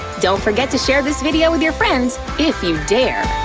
don't forget to share this video with your friends, if you dare,